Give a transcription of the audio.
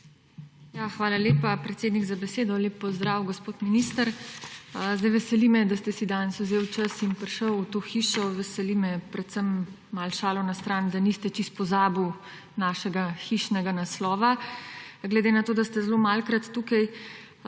Hvala lepa, predsednik, za besedo. Lep pozdrav, gospod minister! Veseli me, da ste si danes vzeli čas in prišli v to hišo. Veseli me predvsem, malo šalo na stran, da niste čisto pozabili našega hišnega naslova, glede na to da ste malokrat tukaj.